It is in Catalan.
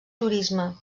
turisme